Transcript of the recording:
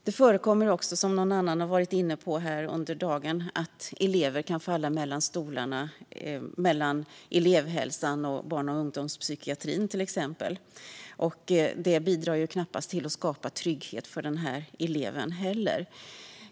Det förekommer också, som någon annan har varit inne på här under dagen, att elever faller mellan stolarna - till exempel mellan elevhälsan och barn och ungdomspsykiatrin. Det bidrar knappast heller till att skapa trygghet för eleven.